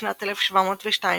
בשנת 1702